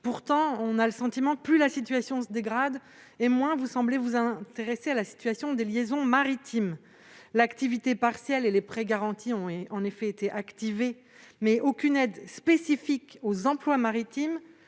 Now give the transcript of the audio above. Pourtant, plus la situation se dégrade et moins vous semblez vous intéresser à la situation des liaisons maritimes. L'activité partielle et les prêts garantis ont certes été activés, mais aucune aide spécifique n'a été à ce stade